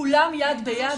כולם יד ביד.